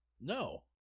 No